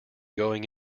going